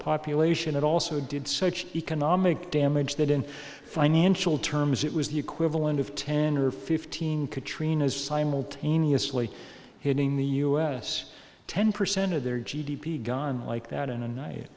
population it also did such economic damage that in financial terms it was the equivalent of ten or fifteen katrina's simultaneously hitting the us ten percent of their g d p gone like that in a night